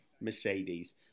Mercedes